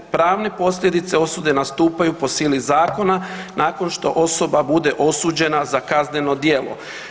Pravne posljedice osude nastupaju po sili zakona nakon što osoba bude osuđena za kazneno djelo.